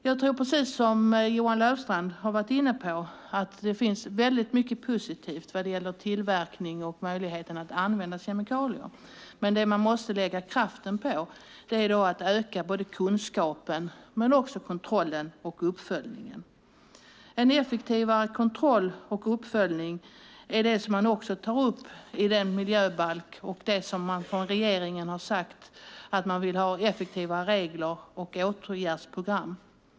Jag tror, precis som Johan Löfstrand har varit inne på, att det finns väldigt mycket positivt vad gäller tillverkning och möjligheten att använda kemikalier, men det man måste lägga kraften på är att öka både kunskapen, kontrollen och uppföljningen. En effektivare kontroll och uppföljning är det som man också tar upp i den miljöbalk och det som man från regeringen har sagt att man vill ha effektivare regler och åtgärdsprogram för.